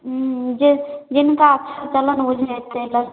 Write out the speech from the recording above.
हुँ जे जिनका चलन बुझेतै तऽ